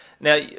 Now